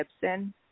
Gibson